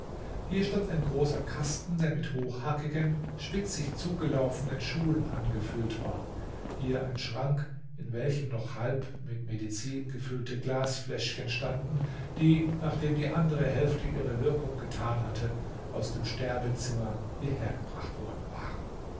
hier stand ein großer kasten der mit hochhackigen spitzig zulaufenden schuhen angefüllt war hier ein schrank in welchem noch halb mit medizin gefüllte glasfläschchen standen die nachdem die andere hälfte ihre wirkung getan hatte aus dem sterbezimmer hierher gebracht worden waren